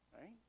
right